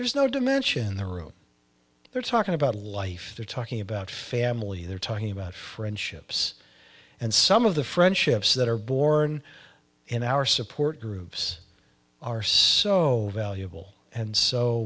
there's no dimension in the room they're talking about life they're talking about family they're talking about friendships and some of the friendships that are born in our support groups are so valuable and so